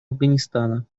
афганистана